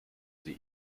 sie